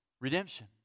redemption